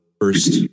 first